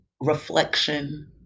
reflection